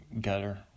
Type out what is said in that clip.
Gutter